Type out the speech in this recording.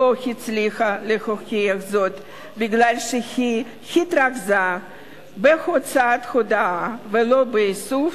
הצליחה להוכיח זאת כי היא התרכזה בהוצאת הודאה ולא באיסוף